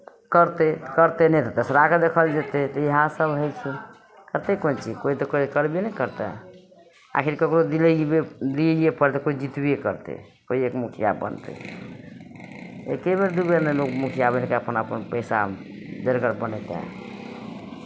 करतै तऽ करतै नहि तऽ तेसराके देखल जेतै इएह सभ होइ छै करतै कोन चीज कोइ तऽ कोइ करबे ने करतै आखिर कोइ के दिए ही दियैए पड़तै कोइ जितबे करतै कोइ एक मुखिया बनतै एक्के बेर दू बेर ने लोक मुखिया बनि कऽ अपना अपन पइसा बनयतै